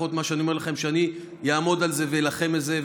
ולפחות מה שאני אומר לכם זה שאני אעמוד על זה ואילחם על זה,